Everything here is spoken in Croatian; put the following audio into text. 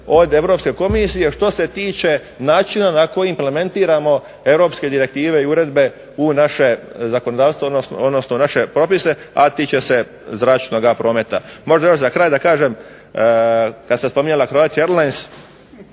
od Europske komisije što se tiče načina na koji implementiramo europske direktive i uredbe u naše zakonodavstvo, odnosno u naše propise, a tiče se zračnoga prometa. Možda još za kraj da kažem, kad se spominjala "Croatia airlines"